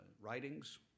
writings